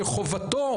שחובתו,